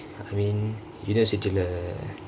I mean university